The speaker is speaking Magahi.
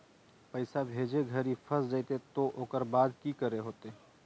पैसा भेजे घरी फस जयते तो ओकर बाद की करे होते?